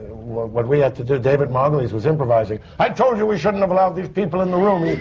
what we had to do. david motolise was improvising. i told you we shouldn't have allowed these people in the room!